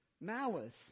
malice